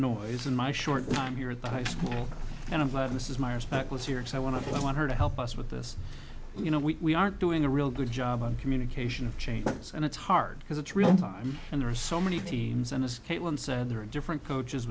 noise in my short time here at the high school and i'm glad this is meyer's back with your ex i want to i want her to help us with this you know we aren't doing a real good job on communication of change and it's hard because it's real time and there are so many themes and escape when said there are different coaches